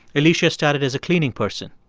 alicia started as a cleaning person.